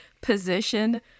position